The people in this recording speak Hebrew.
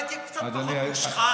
אולי תהיה קצת פחות מושחת,